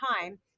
time